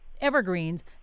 evergreens